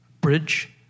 Bridge